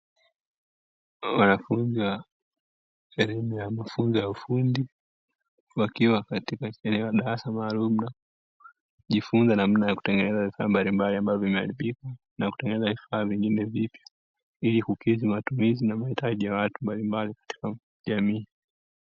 Wanafunzi wa elimu ya mafunzo ya ufundi, wakiwa katika sehemu ya darasa maalumu, wakiwa wanajifunza namna ya kutengeneza vifaa mbalimbali ambavyo vimeharibika na kutengeneza vifaa vingine vipya, ili kukidhi matumizi na mahitaji ya watu mbalimbali katika jamii.